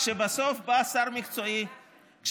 לא באתי בטענה על התשובה.